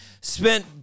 Spent